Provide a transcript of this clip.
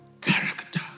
Character